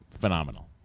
phenomenal